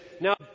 now